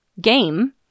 game